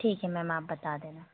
ठीक है मैम आप बता देना